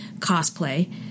cosplay